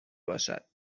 باشد